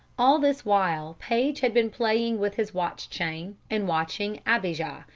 all this while paige had been playing with his watch-chain and watching abijah,